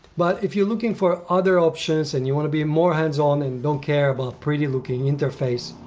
but if you're looking for other options and you wanna be more hands on and don't care about pretty looking interface,